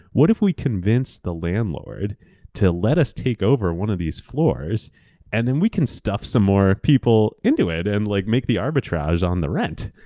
what if we convince the landlord to let us take over one of these floors and then we can stuff some more people into it and like make the arbitrage on the rent.